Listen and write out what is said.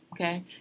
okay